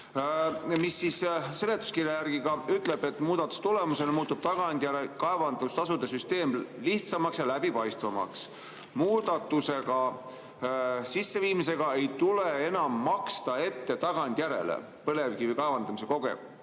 1 kohta. Seletuskirja järgi see ütleb, et muudatuste tulemusel muutub tagantjärele kaevandamise tasude süsteem lihtsamaks ja läbipaistvamaks. Muudatuse sisseviimise korral ei tule enam maksta ette tagantjärele põlevkivi kaevandamise koguse